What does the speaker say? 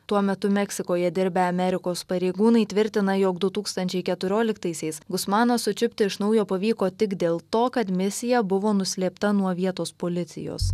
tuo metu meksikoje dirbę amerikos pareigūnai tvirtina jog du tūkstančiai keturioliktaisiais gusmaną sučiupti iš naujo pavyko tik dėl to kad misija buvo nuslėpta nuo vietos policijos